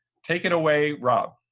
take it away, rob.